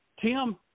Tim